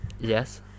Yes